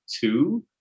two